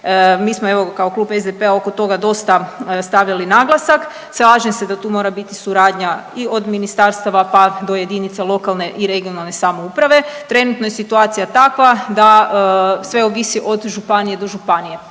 Mi smo evo kao Klub SDP-a oko toga dosta stavljali naglasak. Slažem se da tu mora biti suradnja i od ministarstava, pa do JLRS. Trenutno je situacija takva da sve ovisi od županije do županije,